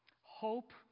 Hope